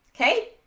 okay